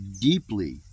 deeply